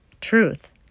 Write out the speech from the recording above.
Truth